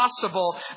possible